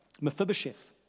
Mephibosheth